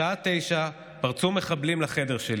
בשעה 09:00 פרצו מחבלים לחדר שלי.